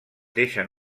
deixen